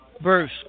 Bruce